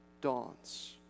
dawns